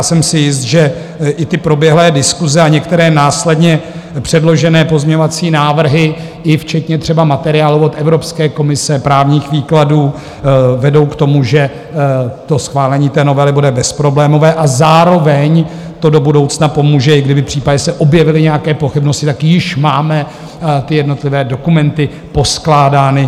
Jsem si jist, že i proběhlé diskuse a některé následně předložené pozměňovací návrhy, i včetně třeba materiálů od Evropské komise a právních výkladů, vedou k tomu, že schválení novely bude bezproblémové, a zároveň to do budoucna pomůže, i kdyby případně se objevily nějaké pochybnosti, tak již máme ty jednotlivé dokumenty poskládány.